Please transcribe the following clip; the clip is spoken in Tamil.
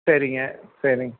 சரிங்க சரிங்க